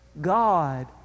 God